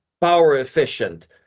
power-efficient